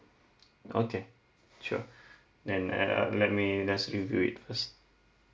okay sure and and uh let me let's review it first